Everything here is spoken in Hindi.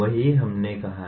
वही हमने कहा है